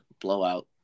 blowout